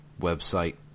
website